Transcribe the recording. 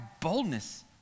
boldness